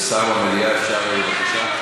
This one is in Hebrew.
שר במליאה אפשר, בבקשה?